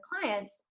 clients